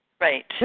Right